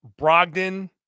Brogdon